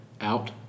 out